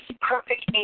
perfect